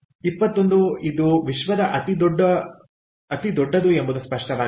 ಇಪ್ಪತ್ತೊಂದು ಇದು ಉಲ್ಲೇಖಿತ ಸಮಯ 1706 ವಿಶ್ವದ ಅತಿದೊಡ್ಡದು ಎಂಬುದು ಸ್ಪಷ್ಟವಾಗಿದೆ